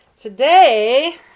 Today